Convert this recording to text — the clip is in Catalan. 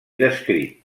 descrit